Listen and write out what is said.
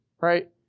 right